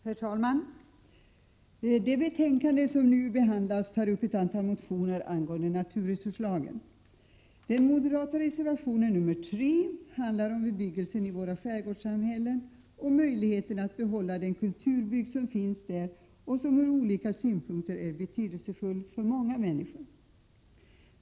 Herr talman! Det betänkande som nu behandlas tar upp ett antal motioner angående naturresurslagen. Den moderata reservationen nr 3 handlar om bebyggelsen i våra skärgårdssamhällen och om möjligheten att behålla den kulturbygd som finns där och som ur olika synpunkter är betydelsefull för många människor.